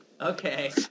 Okay